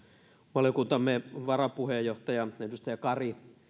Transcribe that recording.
valiokuntamme varapuheenjohtaja edustaja kari